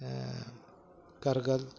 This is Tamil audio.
கற்கள்